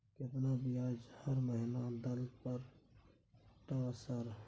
केतना ब्याज हर महीना दल पर ट सर?